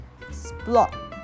Splot